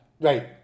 Right